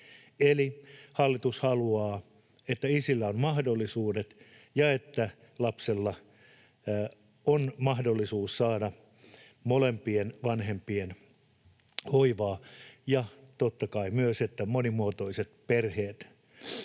eli hallitus haluaa, että isillä on mahdollisuudet ja että lapsella on mahdollisuus saada molempien vanhempien hoivaa, ja totta kai myös, että monimuotoiset perheet ovat